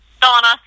Donna